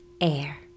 air